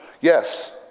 Yes